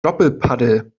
doppelpaddel